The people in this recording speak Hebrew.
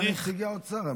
למה נציגי האוצר?